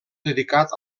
dedicat